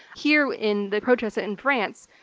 here in the protest in france,